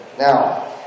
Now